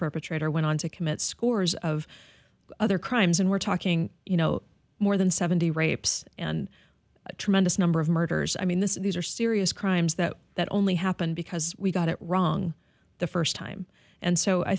perpetrator went on to commit scores of other crimes and we're talking you know more than seventy rapes and a tremendous number of murders i mean this is these are serious crimes that that only happened because we got it wrong the first time and so i